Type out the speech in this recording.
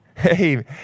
Hey